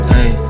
Hey